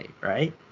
right